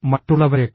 മറ്റുള്ളവരെക്കാൾ